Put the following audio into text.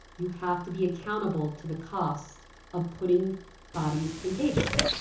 you have to be accountable to the cost of putting bodies in cages